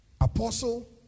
Apostle